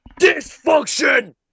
Dysfunction